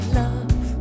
love